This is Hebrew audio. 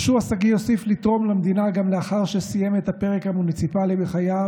יהושע שגיא הוסיף לתרום למדינה גם לאחר שסיים את הפרק המוניציפלי בחייו,